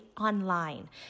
online